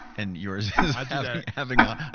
and yours is having a